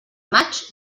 maig